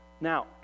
Now